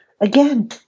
Again